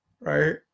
right